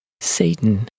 Satan